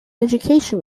education